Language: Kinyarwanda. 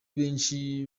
benshi